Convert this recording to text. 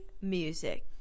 music